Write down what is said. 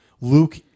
Luke